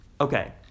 Okay